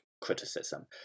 criticism